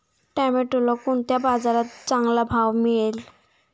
टोमॅटोला कोणत्या बाजारात चांगला भाव मिळेल?